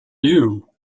you